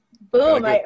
Boom